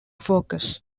focus